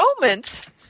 moments